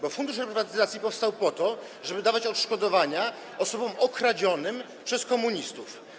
Bo Fundusz Reprywatyzacji powstał po to, żeby dawać odszkodowania osobom okradzionym przez komunistów.